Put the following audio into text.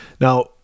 Now